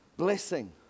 Blessing